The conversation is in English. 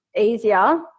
easier